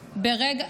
רגע,